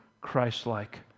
Christ-like